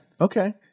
okay